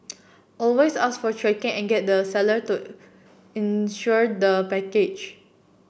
always ask for tracking and get the seller to insure the package